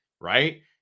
Right